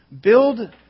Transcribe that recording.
build